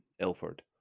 ilford